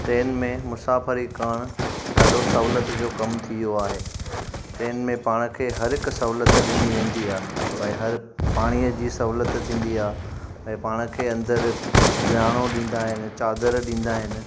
train में मुसाफ़िरी करण ॾाढो सहुलियत जो कमु थी वियो आहे ट्रेन में पाण खे हर हिकु सहुलियत ॾिनी वेंदी आहे भई हर पाणीअ जी सहुलत थींदी आहे भई पाण खे अंदरु विहाणो ॾींदा आहिनि चादरु ॾींदा आहिनि